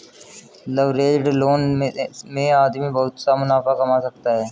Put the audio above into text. leveraged loan में आदमी बहुत सा मुनाफा कमा सकता है